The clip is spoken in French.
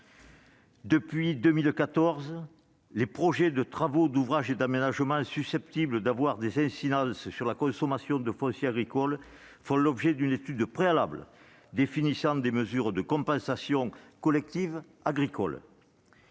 Depuis 2014, les projets de travaux d'ouvrages et d'aménagements susceptibles d'avoir des incidences sur la consommation de foncier agricole font l'objet d'une étude préalable définissant des mesures de compensation collective agricole.